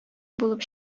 булып